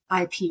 IP